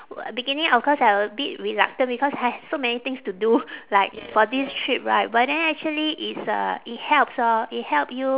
beginning of course I w~ bit reluctant because I have so many things to do like for this trip right but then actually it's uh it helps orh it help you